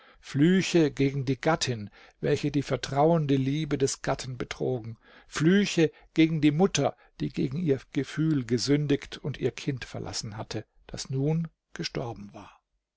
flüche gegen die gattin welche die vertrauende liebe des gatten betrogen flüche gegen die mutter die gegen ihr gefühl gesündigt und ihr kind verlassen hatte das nun gestorben war